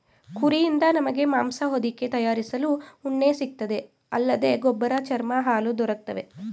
ಕುರಿಯಿಂದ ನಮಗೆ ಮಾಂಸ ಹೊದಿಕೆ ತಯಾರಿಸಲು ಉಣ್ಣೆ ಸಿಗ್ತದೆ ಅಲ್ಲದೆ ಗೊಬ್ಬರ ಚರ್ಮ ಹಾಲು ದೊರಕ್ತವೆ